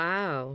Wow